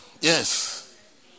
Yes